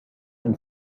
and